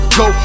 go